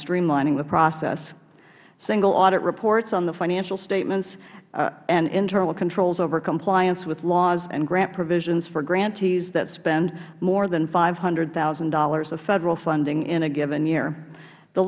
streamlining the process single audit reports are on the financial statements and internal controls over compliance with laws and grant provisions for grantees that spend more than five hundred thousand dollars of federal funding in a given year the